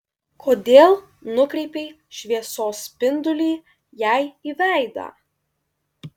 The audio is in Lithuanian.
kodėl nukreipei šviesos spindulį jai į veidą